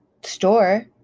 store